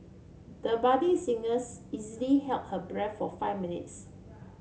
the budding singers easily held her breath for five minutes